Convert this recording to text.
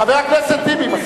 חבר הכנסת טיבי.